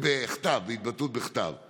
ההתבטאות בכתב אנשים